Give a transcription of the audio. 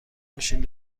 ماشین